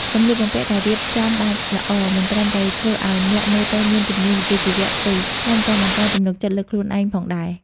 សម្លៀកបំពាក់ដែលរៀបចំបានល្អ មិនត្រឹមតែធ្វើឲ្យអ្នកមើលទៅមានជំនាញវិជ្ជាជីវៈទេថែមទាំងបង្កើនទំនុកចិត្តលើខ្លួនឯងផងដែរ។